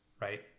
right